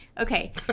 Okay